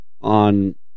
on